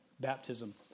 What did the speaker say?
baptism